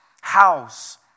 house